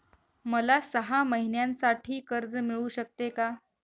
मला सहा महिन्यांसाठी कर्ज मिळू शकते का?